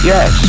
Yes